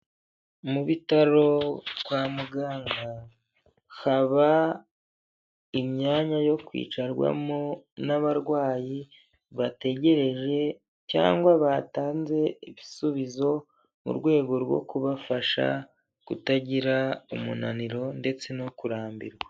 Mu bitaro kwa muganga, haba imyanya yo kwicarwamo n'abarwayi bategereje cyangwa batanze ibisubizo mu rwego rwo kubafasha kutagira umunaniro ndetse no kurambirwa.